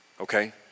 okay